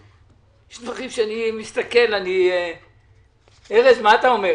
יש דברים שאני מסתכל ארז, מה אתה אומר?